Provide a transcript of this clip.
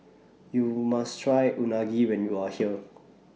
YOU must Try Unagi when YOU Are here